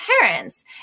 parents